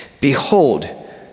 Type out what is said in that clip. Behold